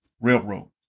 Railroad